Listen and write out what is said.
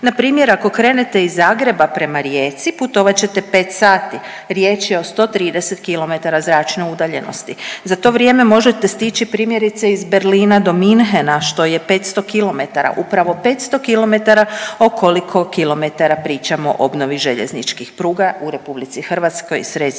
Npr. ako krenete iz Zagreba prema Rijeci, putovat ćete 5 sati. Riječ je o 130 km zračne udaljenosti. Za to vrijeme možete stići, primjerice, iz Berlina do Münchena, što je 500 km. Upravo 500 km o koliko kilometara pričamo o obnovi željezničkih pruga u RH i sredstvima